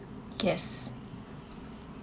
yes